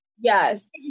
Yes